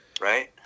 right